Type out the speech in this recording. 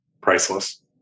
priceless